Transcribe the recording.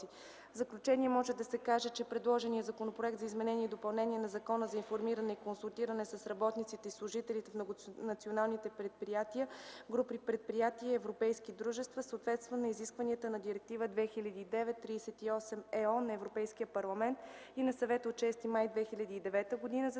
В заключение може да се каже, че предложеният Законопроект за изменение и допълнение на Закона за информиране и консултиране с работниците и служителите в многонационални предприятия, групи предприятия и европейски дружества, съответства на изискванията на Директива 2009/38/ЕО на Европейския парламент и на Съвета от 6 май 2009 г. за